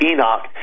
Enoch